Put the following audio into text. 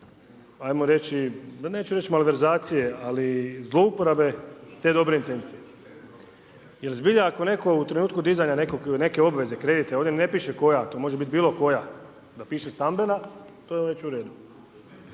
ajmo reći, neću reći malverzacije ali zlouporabe te dobre intencije. Jer zbilja ako neko u trenutku dizanja neke obveze, kreditne, ovdje ne piše koja, ovdje ne piše koja , to može biti bilo koja, da piše stambena to je već u redu.